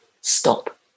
stop